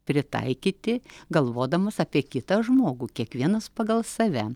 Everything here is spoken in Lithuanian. pritaikyti galvodamas apie kitą žmogų kiekvienas pagal save